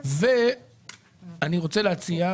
אני רוצה להציע,